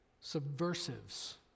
subversives